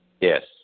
Yes